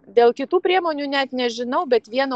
dėl kitų priemonių net nežinau bet vien